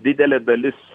didelė dalis